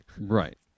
Right